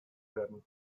werden